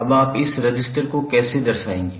अब आप इस रजिस्टर को कैसे दर्शाएंगे